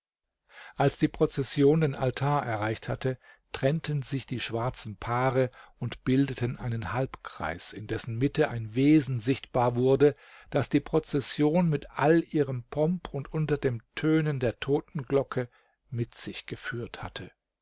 als die prozession den altar erreicht hatte trennten sich die schwarzen paare und bildeten einen halbkreis in dessen mitte ein wesen sichtbar wurde das die prozession mit all ihrem pomp und unter dem tönen der totenglocke mit sich geführt hatte